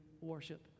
worship